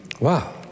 Wow